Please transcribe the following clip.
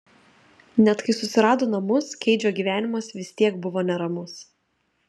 net kai susirado namus keidžo gyvenimas vis tiek buvo neramus